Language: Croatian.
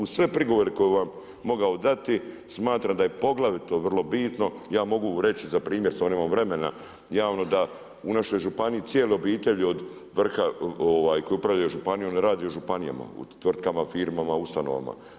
Uz sve prigovore koje bih vam mogao dati smatram da je poglavito vrlo bitno, ja mogu reći za primjer, samo nemam vremena javno da u našoj županiji cijele obitelji od vrha koje upravljaju županijom rade u županijama, u tvrtkama, firmama, ustanovama.